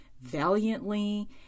valiantly